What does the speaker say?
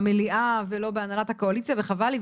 במליאה ולא בהנהלת הקואליציה וחבל לי.